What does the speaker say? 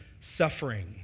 suffering